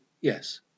yes